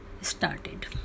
started